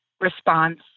response